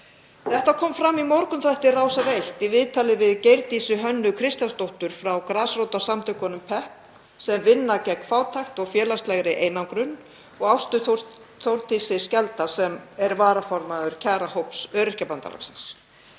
Þetta kom fram í morgunþætti Rásar 1 í viðtali við Geirdísi Hönnu Kristjánsdóttur frá grasrótarsamtökum Pepp, sem vinna gegn fátækt og félagslegri einangrun, og Ástu Þórdísi Skjalddal, sem er varaformaður kjarahóps Öryrkjabandalagsins.